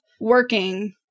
working